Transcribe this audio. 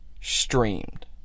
streamed